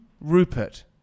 Rupert